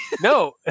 No